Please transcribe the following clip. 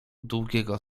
długiego